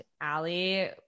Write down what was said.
Allie